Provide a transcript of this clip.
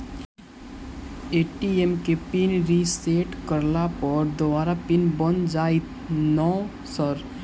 ATM केँ PIN reset करला पर दोबारा पिन बन जाइत नै सर?